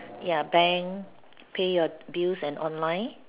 ya bank pay your bills and online